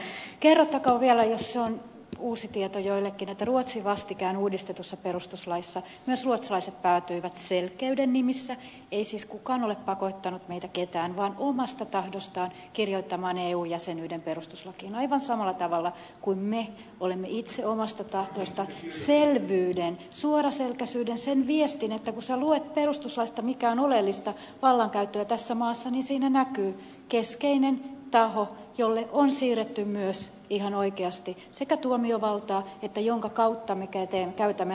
kerrottakoon vielä jos se on uusi tieto joillekin että vastikään uudistetussa ruotsin perustuslaissa myös ruotsalaiset päätyivät selkeyden nimissä ei siis kukaan ole pakottanut ketään omasta tahdostaan kirjoittamaan eu jäsenyyden perustuslakiin aivan samalla tavalla kuin me olemme itse omasta tahdostamme selvyyden suoraselkäisyyden nimissä halunneet välittää sen viestin että kun sinä luet perustuslaista mikä on oleellista vallankäyttöä tässä maassa niin siinä näkyy keskeinen taho jolle on siirretty myös ihan oikeasti sitä tuomiovaltaa jonka kautta me käytämme lainsäädäntövaltaa